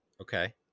Okay